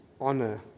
honor